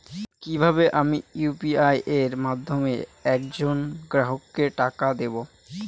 কিভাবে আমি ইউ.পি.আই এর মাধ্যমে এক জন গ্রাহককে টাকা দেবো?